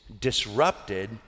disrupted